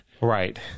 Right